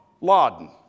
Laden